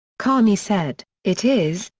carney said, it is,